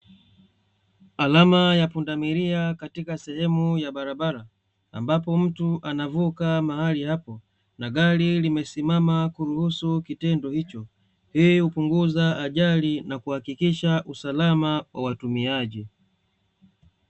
Alama ya pundamilia katika sehemu ya barabara, ambapo mtu anavuka mahali hapo na gari limesimama kuruhusu kitendo hicho. Hii hupunguza ajali na kuhakikisha usalama kwa watumiaji.